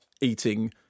eating